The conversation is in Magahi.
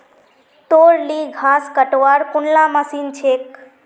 तोर ली घास कटवार कुनला मशीन छेक